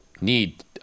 Need